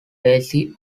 basie